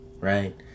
right